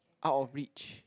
out of reach